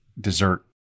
dessert